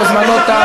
זמנך תם.